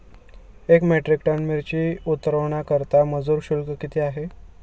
एक metric ton मिरची उतरवण्याकरता मजुर शुल्क किती आहे?